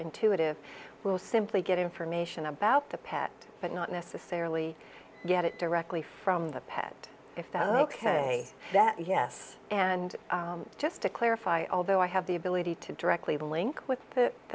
intuitive will simply get information about the pet but not necessarily get it directly from the pet if the ok that yes and just to clarify although i have the ability to directly link with the